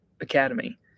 academy